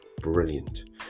brilliant